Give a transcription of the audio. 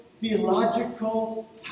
theological